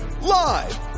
Live